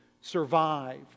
survive